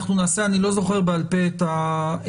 אני לא זוכר בעל פה את הלוח,